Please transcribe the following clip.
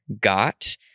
got